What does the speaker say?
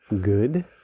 good